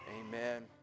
amen